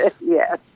Yes